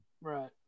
Right